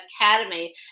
academy